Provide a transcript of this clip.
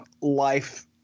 life